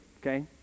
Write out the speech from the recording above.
okay